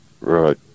Right